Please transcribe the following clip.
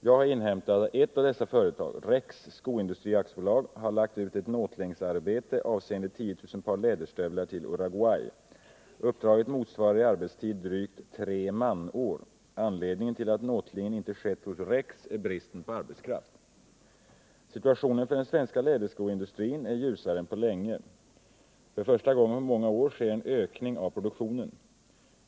Jag har inhämtat att ett av dessa företag, Rex Skoindustri AB, har lagt ut ett nåtlingsarbete avseende 10 000 par läderstövlar till Uruguay. Uppdraget motsvarar i arbetstid drygt tre manår. Anledningen till att nåtlingen inte skett hos Rex är bristen på arbetskraft. Situationen för den svenska läderskoindustrin är ljusare än på länge. För första gången på många år sker en ökning av produktionen.